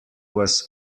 was